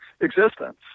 existence